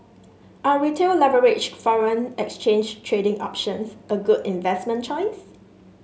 are Retail leveraged foreign exchange trading options a good investment choice